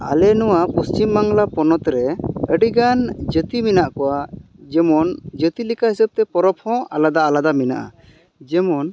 ᱟᱞᱮ ᱱᱚᱣᱟ ᱯᱚᱥᱪᱷᱤᱢ ᱵᱟᱝᱞᱟ ᱯᱚᱱᱚᱛ ᱨᱮ ᱟᱹᱰᱤᱜᱟᱱ ᱡᱟᱹᱛᱤ ᱢᱮᱱᱟᱜ ᱠᱚᱣᱟ ᱡᱮᱢᱚᱱ ᱡᱟᱹᱛᱤᱞᱮᱠᱟ ᱦᱤᱥᱟᱹᱵ ᱛᱮ ᱯᱚᱨᱚᱵᱽ ᱦᱚᱸ ᱟᱞᱟᱫᱟ ᱟᱞᱟᱫᱟ ᱢᱮᱱᱟᱜᱼᱟ ᱡᱮᱢᱚᱱ